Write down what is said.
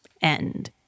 end